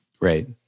Right